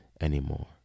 anymore